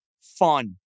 fun